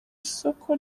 isoko